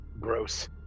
Gross